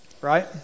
right